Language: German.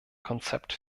konzept